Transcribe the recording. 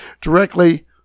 directly